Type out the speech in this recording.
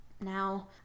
now